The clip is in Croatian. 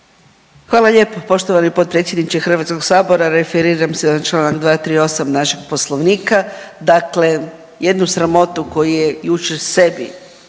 Hvala lijepo poštovani potpredsjedniče Hrvatskog sabora. Referiram se na Članak 238. našeg Poslovnika, dakle jednu sramotu koju je jučer sebi